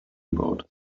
about